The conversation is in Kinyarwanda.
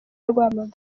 rwamagana